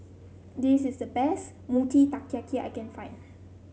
this is the best Mochi Taiyaki I can find